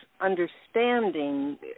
understanding